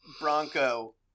Bronco